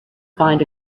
find